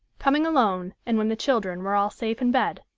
coming alone, and when the children were all safe in bed,